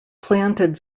planted